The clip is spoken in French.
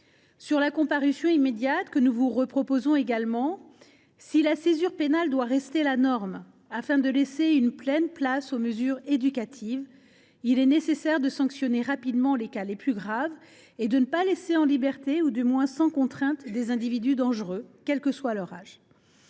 de comparution immédiate, que nous vous proposerons également de réintroduire, mes chers collègues, si la césure pénale doit rester la norme, afin de laisser une pleine place aux mesures éducatives, il est nécessaire de sanctionner rapidement les cas les plus graves et de ne pas laisser en liberté, ou du moins sans contraintes, des individus dangereux, quel que soit leur âge.